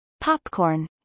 Popcorn